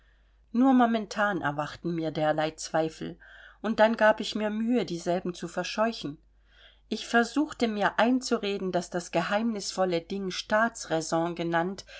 nur momentan erwachten mir derlei zweifel und dann gab ich mir mühe dieselben zu verscheuchen ich versuchte mir einzureden daß das geheimnisvolle ding staatsraison genannt